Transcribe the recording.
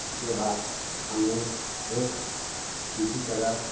उसके बाद हमने एक किसी तरह